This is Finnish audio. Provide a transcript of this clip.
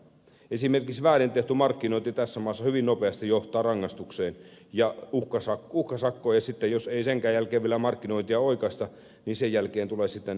esimerkiksi väärin tehty markkinointi tässä maassa hyvin nopeasti johtaa rangaistukseen ja uhkasakkoon ja jos ei senkään jälkeen vielä markkinointia oikaista tulee sitten muita toimenpiteitä